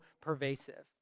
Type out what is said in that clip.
pervasive